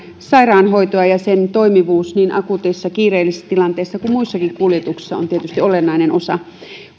sairaanhoitoa ja niiden toimivuus niin akuuteissa kiireellisissä tilanteissa kuin muissakin kuljetuksissa on tietysti olennainen osa